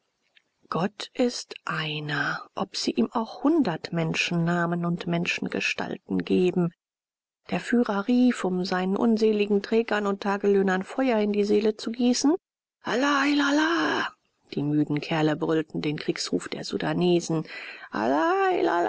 gott ist einer ob sie ihm auch hundert menschennamen und menschengestalten geben der führer rief um seinen armseligen trägern und tagelöhnern feuer in die seele zu gießen allah il allah die müden kerle brüllten den kriegsruf der sudanesen allah